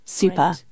super